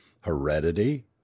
heredity